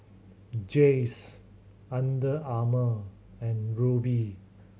Jays Under Armour and Rubi